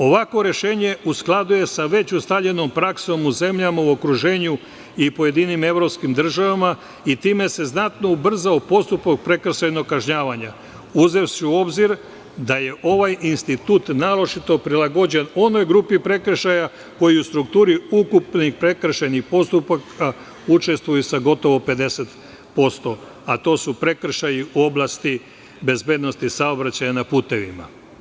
Ovakvo rešenje u skladu je sa već ustaljenom praksom u zemljama u okruženju i pojedinim evropskim državama i time se znatno ubrzao postupak prekršajnog kažnjavanja, uzevši u obzir da je ovaj institut naročito prilagođen onoj grupi prekršaja koji u strukturi ukupnih prekršajnih postupaka učestvuje sa gotovo 50%, a to su prekršaji u oblasti bezbednosti saobraćaja na putevima.